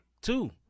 Two